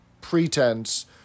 pretense